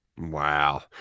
Wow